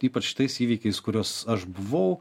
ypač tais įvykiais kuriuos aš buvau